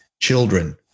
Children